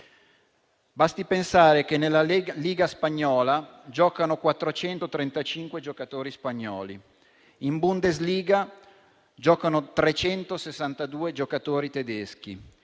Basti pensare che nella Liga spagnola giocano 435 giocatori spagnoli; in Bundesliga giocano 362 giocatori tedeschi;